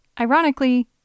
Ironically